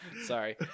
sorry